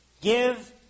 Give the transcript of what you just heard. Give